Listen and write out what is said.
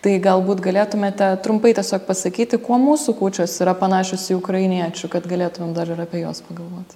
tai galbūt galėtumėte trumpai tiesiog pasakyti kuo mūsų kūčios yra panašios į ukrainiečių kad galėtumėm dar ir apie juos pagalvoti